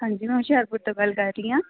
ਹਾਂਜੀ ਮੈਂ ਹੁਸ਼ਿਆਰਪੁਰ ਤੋਂ ਗੱਲ ਕਰ ਰਹੀ ਹਾਂ